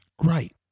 Right